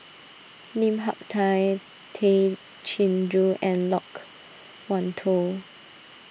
Lim Hak Tai Tay Chin Joo and Loke Wan Tho